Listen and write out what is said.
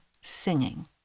singing